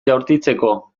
jaurtitzeko